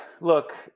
look